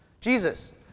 Jesus